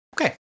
Okay